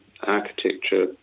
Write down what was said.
architecture